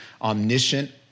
omniscient